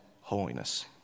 holiness